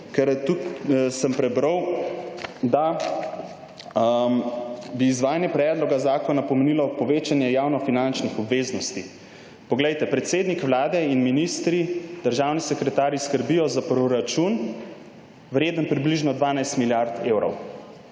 ker tudi sem prebral, da bi izvajanje predloga zakona pomenilo povečanje javnofinančnih obveznosti. Poglejte, predsednik vlade in ministri, državni sekretarji skrbijo za proračun, vreden približno 12 milijard evrov,